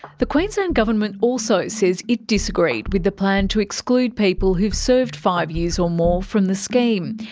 the queensland government also says it disagreed with the plan to exclude people who've served five years or more from the scheme.